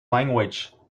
language